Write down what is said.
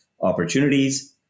opportunities